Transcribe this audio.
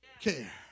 care